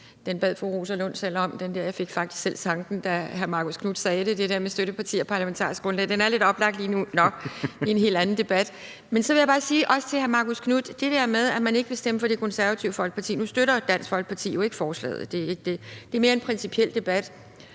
den bad fru Rosa Lund selv om; jeg fik faktisk selv tanken, da hr. Marcus Knuth sagde det – det der med støtteparti og parlamentarisk grundlag; den er lidt oplagt lige nu. Nå, det er en helt anden debat. Så vil jeg bare sige noget til hr. Marcus Knuth i forhold til det der med, at man ikke vil stemme for Det Konservative Folkepartis forslag. Nu støtter Dansk Folkeparti ikke forslaget, det er ikke det, det er mere en principiel debat